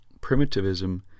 Primitivism